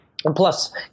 plus